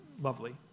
lovely